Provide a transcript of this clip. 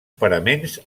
paraments